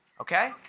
Okay